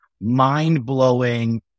mind-blowing